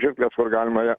žirkles kur galima ją